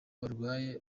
barwaye